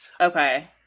Okay